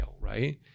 Right